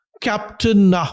Captain